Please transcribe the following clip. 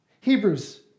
Hebrews